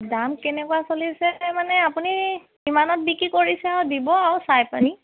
দাম কেনেকুৱা চলিছে মানে আপুনি কিমানত বিক্ৰী কৰিছে আৰু দিব আৰু চাইপানি